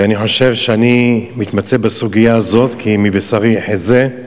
ואני חושב שאני מתמצא בסוגיה הזאת, כי מבשרי אחזה.